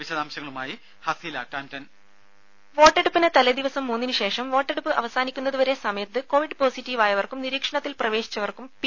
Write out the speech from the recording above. വിശദാംശങ്ങളുമായി ഹസീല ടാംട്ടൺ വോയ്സ് വോട്ടെടുപ്പിന് തലേ ദിവസം മൂന്നിന് ശേഷം വോട്ടെടുപ്പ് വരെ അവസാനിക്കുന്നത് പോസിറ്റീവായവർക്കും നിരീക്ഷണത്തിൽ പ്രവേശിച്ചവർക്കും പി